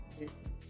Yes